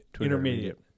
Intermediate